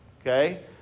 Okay